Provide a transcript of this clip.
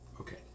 Okay